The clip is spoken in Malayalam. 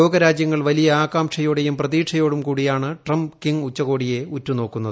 ലോക രാജ്യങ്ങൾ വലിയ ആകാംക്ഷയോടെയും പ്രതീക്ഷയോടും കൂടിയാണ് ട്രംപ് കിംങ് കൂടിക്കാഴ്ചയെ ഉറ്റുനോക്കുന്നത്